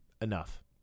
Enough